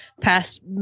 past